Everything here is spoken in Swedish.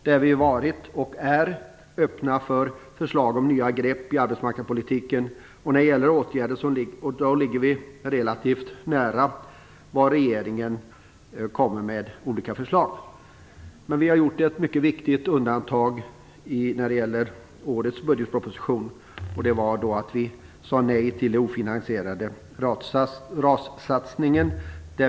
Vi har varit och är öppna för förslag om nya grepp i arbetsmarknadspolitiken, och då ligger vi relativt nära de olika förslag som regeringen kommer. Men vi har gjort ett mycket viktigt undantag när det gäller årets budgetproposition. Vi sade nej till den ofinansierade RAS-satsningen.